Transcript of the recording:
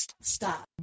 Stop